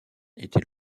était